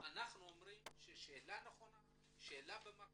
אנחנו אומרים שהשאלה היא נכונה ובמקום.